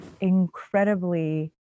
incredibly